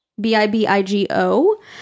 b-i-b-i-g-o